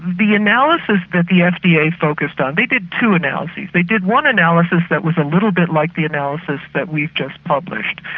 the analysis that yeah the fda focused on, they did two analyses they did one analysis that was a little bit like the analysis that we've just published,